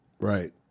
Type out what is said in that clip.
Right